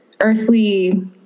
earthly